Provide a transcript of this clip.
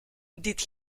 did